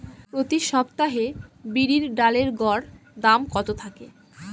প্রতি সপ্তাহে বিরির ডালের গড় দাম কত থাকে?